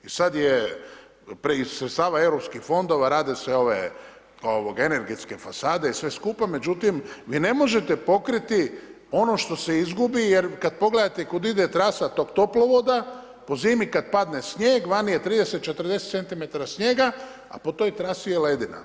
I sad je iz sredstava europskih fondova, rade se ove energetske fasade i sve skupa, međutim, vi ne možete pokriti ono što se izgubi, jer kad pogledate kud ide trasa tog toplovoda po zimi kad padne snijeg vani je 30-40 cm snijega, a po toj trasi je ledina.